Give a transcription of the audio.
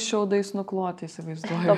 šiaudais nukloti įsivaizduoju